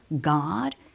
God